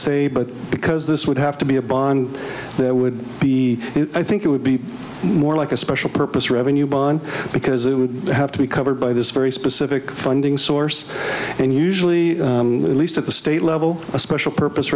say but because this would have to be a bond there would be i think it would be more like a special purpose revenue bonds because it would have to be covered by this very specific funding source and usually at least at the state level a special purpose